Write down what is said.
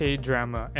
K-drama